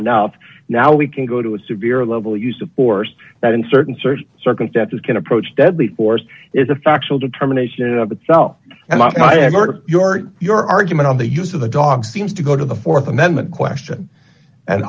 enough now we can go to a severe level use of force that in certain certain circumstances can approach deadly force is a factual determination of itself and your your argument on the use of the dogs seems to go to the th amendment question and